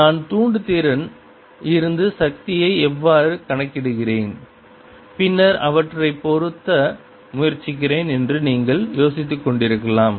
நான் தூண்டுதிறன் இருந்து சக்தியை எவ்வாறு கணக்கிடுகிறேன் பின்னர் அவற்றை பொருத்த முயற்சிக்கிறேன் என்று நீங்கள் யோசித்துக் கொண்டிருக்கலாம்